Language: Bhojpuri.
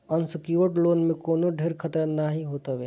अनसिक्योर्ड लोन में कवनो ढेर खतरा नाइ होत हवे